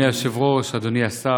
אדוני היושב-ראש, אדוני השר,